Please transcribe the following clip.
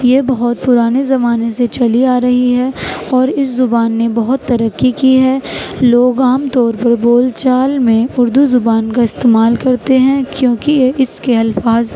یہ بہت پرانے زمانے سے چلی آ رہی ہے اور اس زبان نے بہت ترقی کی ہے لوگ عام طور پر بول چال میں اردو زبان کا استعمال کرتے ہیں کیونکہ اس کے الفاظ